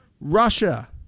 Russia